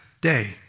day